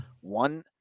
one